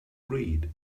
read